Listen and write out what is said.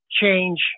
change